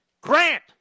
Grant